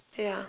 yeah